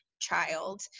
child